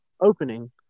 opening